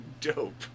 dope